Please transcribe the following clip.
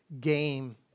game